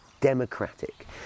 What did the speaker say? democratic